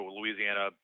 Louisiana